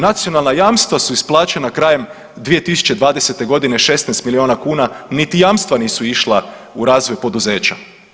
Nacionalna jamstva su isplaćena krajem 2020.g. 16 milijuna kuna, niti jamstva nisu išla u razvoj poduzeća.